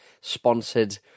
sponsored